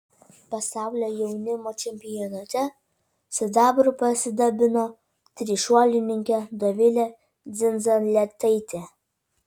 pasaulio jaunimo čempionate sidabru pasidabino trišuolininkė dovilė dzindzaletaitė